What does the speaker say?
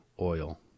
oil